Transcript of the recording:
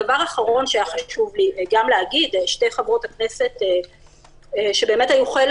דבר אחרון שחשוב לי להגיד שתי חברות הכנסת שבאמת היו חלק